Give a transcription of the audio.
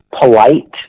polite